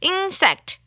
Insect